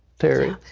terry.